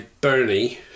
Bernie